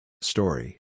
Story